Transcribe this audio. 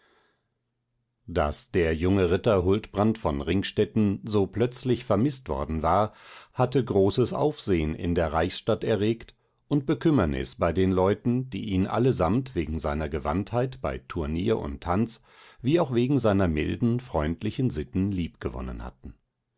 daß der junge ritter huldbrand von ringstetten so plötzlich vermißt worden war hatte großes aufsehen in der reichsstadt erregt und bekümmernis bei den leuten die ihn allesamt wegen seiner gewandtheit bei turnier und tanz wie auch wegen seiner milden freundlichen sitten liebgewonnen hatten